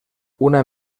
una